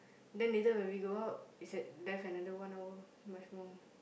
then later when we go out is at left another one hour much more